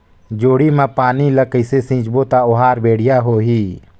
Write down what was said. जोणी मा पानी ला कइसे सिंचबो ता ओहार बेडिया होही?